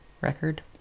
record